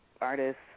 artists